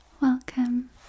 Welcome